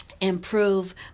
improve